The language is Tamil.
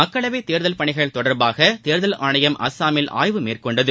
மக்களவைத்தேர்தல் பணிகள் தொடர்பாக தேர்தல் ஆணையம் அஸ்ஸாமில் ஆய்வு மேற்கொண்டது